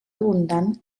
abundant